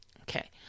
okay